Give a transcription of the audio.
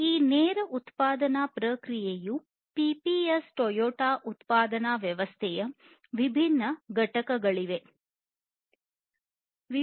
ಈ ನೇರ ಉತ್ಪಾದನಾ ಪ್ರಕ್ರಿಯೆಯ ಪಿಪಿಎಸ್ ಟೊಯೋಟಾ ಉತ್ಪಾದನಾ ವ್ಯವಸ್ಥೆಯ ವಿಭಿನ್ನ ಘಟಕಗಳಾಗಿವೆ